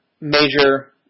major